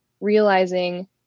realizing